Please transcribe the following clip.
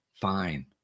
fine